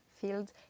field